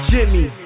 Jimmy